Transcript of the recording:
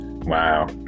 wow